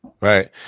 right